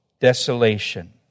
desolation